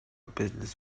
business